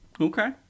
Okay